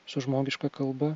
su žmogiška kalba